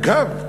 אגב,